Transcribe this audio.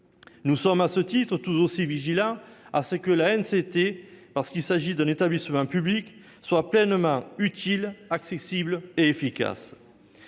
Nous sommes, à ce titre, tout aussi vigilants à ce que l'ANCT, en tant qu'établissement public, soit pleinement utile, accessible et efficace.